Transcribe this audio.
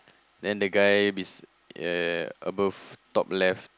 then the guy bes~ uh above top left